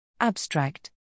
Abstract